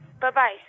Bye-bye